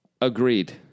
Agreed